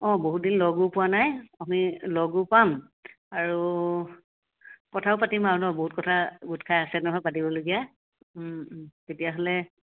অঁ বহুদিন লগো পোৱা নাই আমি লগো পাম আৰু কথাও পাতিম আৰু ন বহুত কথা গোট খাই আছে নহয় পাতিবলগীয়া তেতিয়াহ'লে